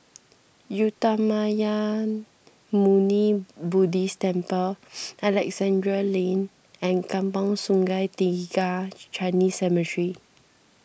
Uttamayanmuni Buddhist Temple Alexandra Lane and Kampong Sungai Tiga Chinese Cemetery